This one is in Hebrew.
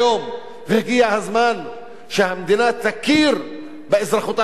הגיע הזמן שהמדינה תכיר באזרחותה של האוכלוסייה הערבית,